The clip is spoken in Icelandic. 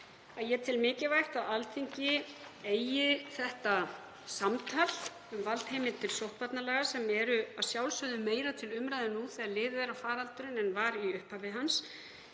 að ég tel mikilvægt að Alþingi eigi þetta samtal um valdheimildir sóttvarnalaga sem eru að sjálfsögðu meira til umræðu nú þegar liðið er á faraldurinn en í upphafi hans.